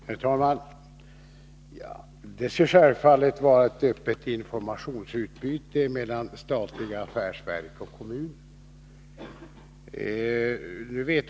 Herr talman! Det skall självfallet vara ett öppet informationsutbyte mellan statliga affärsverk och kommuner.